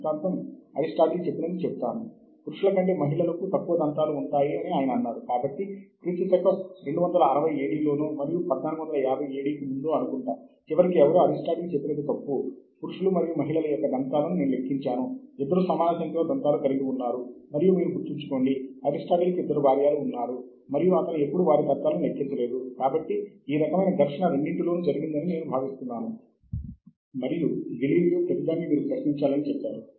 ఒక పరిశోధనా ప్రాంతంలో పరిశోధన చాలా చురుకుగా కొనసాగుతోంది సహజముగా ఆ ప్రాంతము పై పెద్ద సంఖ్యలో పరిశోధకులు పనిచేస్తూ ఉంటారు